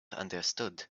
understood